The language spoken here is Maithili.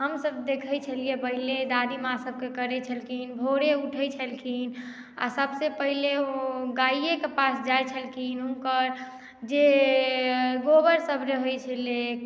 हमसब देखै छलीयै पहिले दादीमाँ सबके करै छलखिन भोरे उठै छलखिन आ सबसॅं पहिले गाये के पास जाइ छलखिन आओर जे गोबर सब रहै छलै